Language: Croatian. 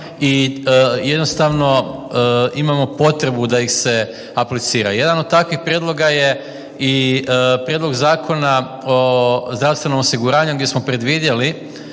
i jednostavno imamo potrebu da ih se aplicira. Jedan od takvih prijedloga je i Prijedlog zakona o zdravstvenom osiguranju gdje smo predvidjeli